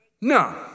No